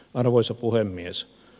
arvoisa puhemies